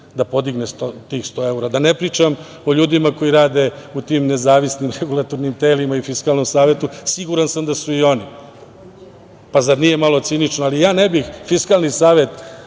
da podigne tih 100 evra. Da ne pričam o ljudima koji rade u tim nezavisnim regulatornim telima i Fiskalnom savetu, siguran sam da su i oni. Zar nije malo cinično. Ja ne bih Fiskalni savet